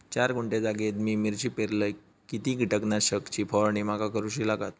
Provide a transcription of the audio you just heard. चार गुंठे जागेत मी मिरची पेरलय किती कीटक नाशक ची फवारणी माका करूची लागात?